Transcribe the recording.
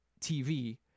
TV